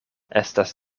estas